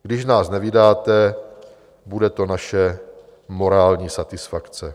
Když nás nevydáte, bude to naše morální satisfakce.